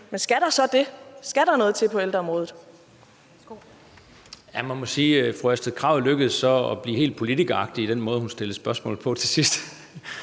Jamen skal der så det, skal der noget til på ældreområdet?